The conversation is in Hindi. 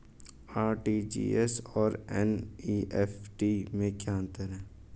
आर.टी.जी.एस और एन.ई.एफ.टी में क्या अंतर है?